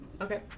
Okay